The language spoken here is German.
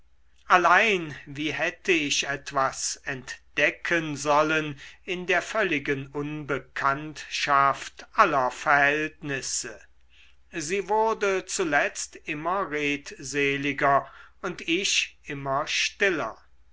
allein wie hätte ich etwas entdecken sollen in der völligen unbekanntschaft aller verhältnisse sie wurde zuletzt immer redseliger und ich immer stiller